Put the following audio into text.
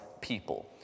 people